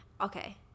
okay